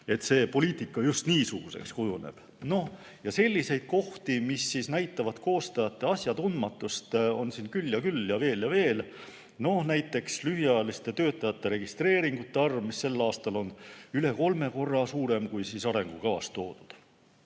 et see poliitika just niisuguseks kujuneb. Selliseid kohti, mis näitavad koostajate asjatundmatust, on siin küll ja küll, veel ja veel. Näiteks lühiajaliste töötajate registreeringute arv, mis sel aastal on üle kolme korra suurem, kui arengukavas toodud.